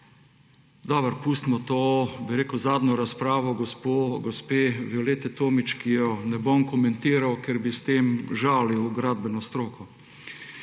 Dobro, pustimo zadnjo razpravo gospe Violete Tomić, ki je ne bom komentiral, ker bi s tem žalil gradbeno stroko.